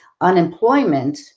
Unemployment